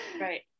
right